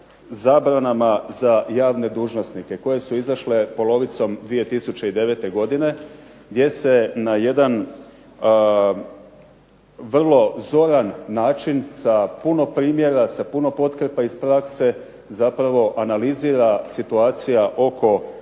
zabranama za javne dužnosnike koje su izašle polovicom 2009. godine gdje se na jedan vrlo zoran način sa puno primjera, sa puno potkrijepa iz prakse zapravo analizira situacija oko